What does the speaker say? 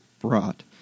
brought